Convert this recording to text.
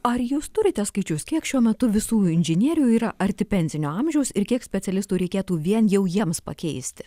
ar jūs turite skaičius kiek šiuo metu visų inžinierių yra arti pensinio amžiaus ir kiek specialistų reikėtų vien jau jiems pakeisti